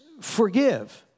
forgive